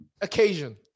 occasion